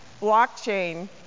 Blockchain